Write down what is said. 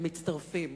הם מצטרפים.